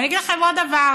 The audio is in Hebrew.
ואני אגיד לכם עוד דבר: